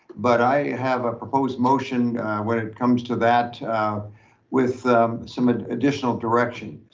but i have a proposed motion when it comes to that with some ah additional direction,